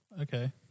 Okay